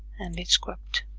and it is cropped.